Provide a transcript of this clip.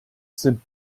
sind